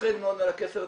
פוחד מאוד על הכסף הזה,